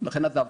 ולכן עזבתי".